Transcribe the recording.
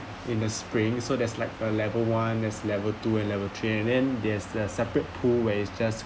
in the spring so there's like a level one there's level two and level three and then there's a separate pool where it just